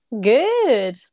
good